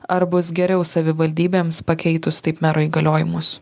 ar bus geriau savivaldybėms pakeitus taip mero įgaliojimus